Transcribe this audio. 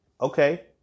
Okay